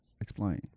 Explain